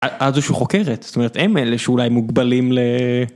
את זו שחוקרת, זאת אומרת הם אלה שאולי מוגבלים ל...